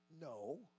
No